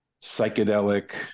psychedelic